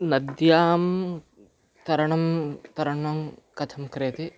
नद्यां तरणं तरणं कथं क्रियते